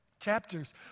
Chapters